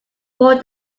more